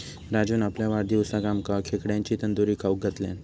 राजून आपल्या वाढदिवसाक आमका खेकड्यांची तंदूरी खाऊक घातल्यान